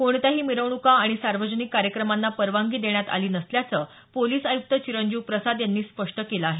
कोणत्याही मिरवण्का आणि सार्वजनिक कार्यक्रमांना परवानगी देण्यात आली नसल्याचं पोलिस आयुक्त चिरंजीव प्रसाद यांनी स्पष्ट केलं आहे